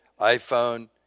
iPhone